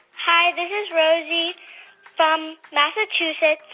hi, this is rosie from massachusetts.